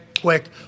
quick